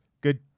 Good